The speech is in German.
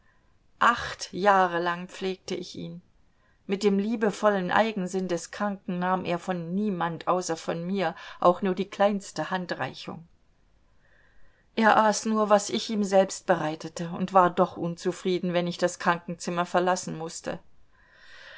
acht jahre lang pflegte ich ihn mit dem liebevollen eigensinn des kranken nahm er von niemand außer mir auch nur die kleinste handreichung er aß nur was ich ihm selbst bereitete und war doch unzufrieden wenn ich das krankenzimmer verlassen mußte